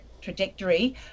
trajectory